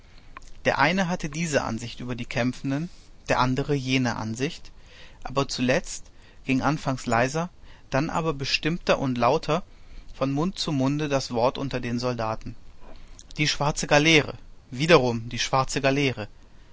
der eine hatte diese ansicht über die kämpfenden der andere jene ansicht aber zuletzt ging anfangs leiser dann aber bestimmter und lauter von mund zu mund das wort unter den soldaten die schwarze galeere wiederum die schwarze galeere